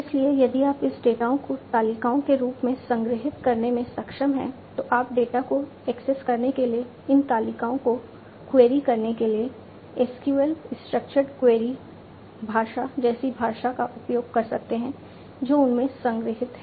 इसलिए यदि आप इस डेटा को तालिकाओं के रूप में संग्रहीत करने में सक्षम हैं तो आप डेटा को एक्सेस करने के लिए इन तालिकाओं को क्वेरी करने के लिए SQL स्ट्रक्चर्ड क्वेरी भाषा जैसी भाषा का उपयोग कर सकते हैं जो उनमें संग्रहीत हैं